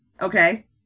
Okay